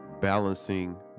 balancing